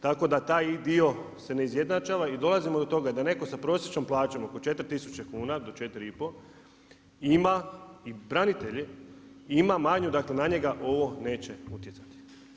Tako da taj dio se ne izjednačava i dolazimo do toga da netko sa prosječnom plaćom oko 4 tisuće do 4 i pol, ima i branitelje, ima manju dakle, na njega ovo neće utjecati.